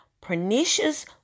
pernicious